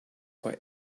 for